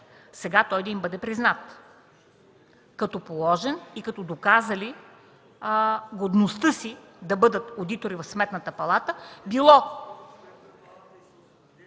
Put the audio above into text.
сега той да им бъде признат като положен и като доказали годността си да бъдат одитори в Сметната палата, било...